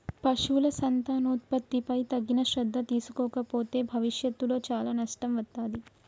పశువుల సంతానోత్పత్తిపై తగిన శ్రద్ధ తీసుకోకపోతే భవిష్యత్తులో చాలా నష్టం వత్తాది